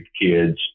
kids